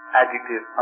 adjective